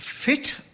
Fit